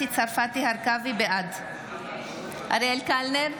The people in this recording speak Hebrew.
בעד אריאל קלנר,